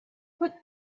put